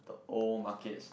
old markets